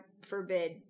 forbid